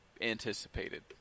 anticipated